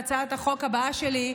בהצעת החוק הבאה שלי,